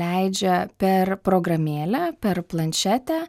leidžia per programėlę per planšetę